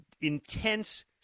intense